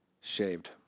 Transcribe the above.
shaved